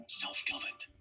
self-governed